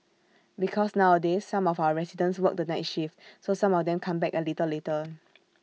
because nowadays some of our residents work the night shift so some of them come back A little later